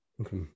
okay